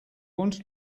want